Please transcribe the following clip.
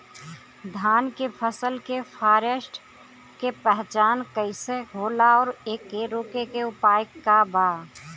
धान के फसल के फारेस्ट के पहचान कइसे होला और एके रोके के उपाय का बा?